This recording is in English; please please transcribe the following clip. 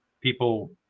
people